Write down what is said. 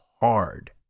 hard